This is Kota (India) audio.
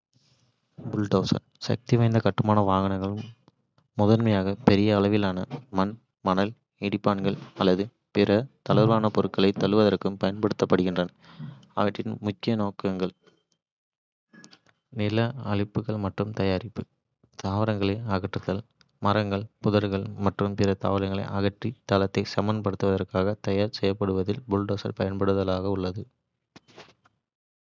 புல்டோசர்கள் சக்திவாய்ந்த கட்டுமான வாகனங்கள் முதன்மையாக பெரிய அளவிலான மண், மணல், இடிபாடுகள் அல்லது பிற தளர்வான பொருட்களைத் தள்ளுவதற்குப் பயன்படுத்தப்படுகின்றன. அவற்றின் முக்கிய நோக்கங்களின் முறிவு இங்கே. நில அழிப்பு மற்றும் தயாரிப்பு. தாவரங்களை அகற்றுதல் மரங்கள், புதர்கள் மற்றும் பிற தாவரங்களை அகற்றி, தளத்தை கட்டுமானத்திற்கு தயார் செய்வதில் புல்டோசர்கள் பயனுள்ளதாக இருக்கும்.